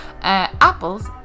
Apples